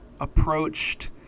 approached